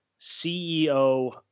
CEO